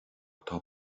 atá